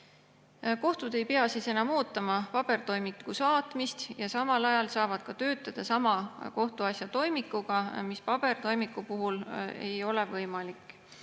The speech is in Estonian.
Kohtud ei pea siis enam ootama pabertoimiku saatmist ja samal ajal saavad töötada sama kohtuasja toimikuga, mis pabertoimiku puhul ei ole võimalik.